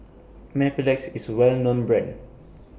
Mepilex IS A Well known Brand